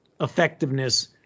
effectiveness